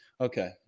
Okay